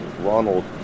Ronald